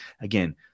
Again